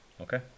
Okay